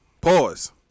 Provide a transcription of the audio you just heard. Pause